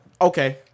okay